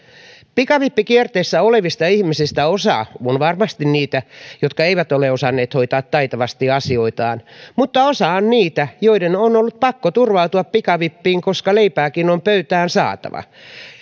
pikavippikierteessä olevista ihmisistä osa on varmasti niitä jotka eivät ole osanneet hoitaa taitavasti asioitaan mutta osa on niitä joiden on ollut pakko turvautua pikavippiin koska leipääkin on pöytään saatava